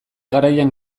garaian